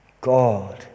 God